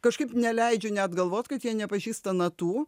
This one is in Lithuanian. kažkaip neleidžia net galvot kad jie nepažįsta natų